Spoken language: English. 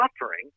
suffering